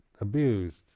abused